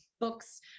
books